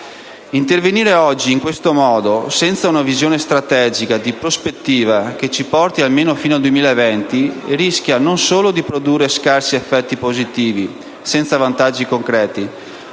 Intervenire oggi in questo modo, senza una visione strategica di prospettiva che ci porti almeno fino al 2020, rischia non solo di produrre scarsi effetti positivi senza vantaggi concreti,